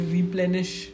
Replenish